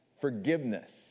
forgiveness